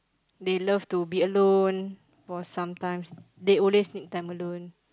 they love to be alone for sometime they always need time alone